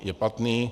Je platný?